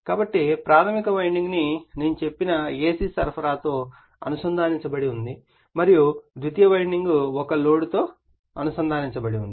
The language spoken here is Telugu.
కాబట్టి ప్రాధమిక వైండింగ్ నేను చెప్పిన AC సరఫరాతో అనుసంధానించబడి ఉంది మరియు ద్వితీయ వైండింగ్ ఒక లోడ్తో అనుసంధానించబడి ఉంది